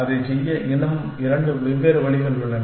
அதைச் செய்ய இன்னும் இரண்டு வெவ்வேறு வழிகள் உள்ளன